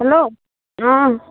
hello অঁ